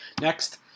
Next